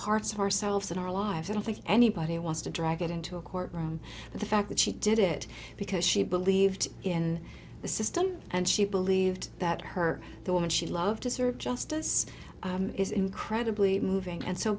parts of ourselves in our lives i don't think anybody wants to drag it into a courtroom but the fact that she did it because she believed in the system and she believed that her the woman she loved to serve justice is incredibly moving and so